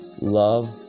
Love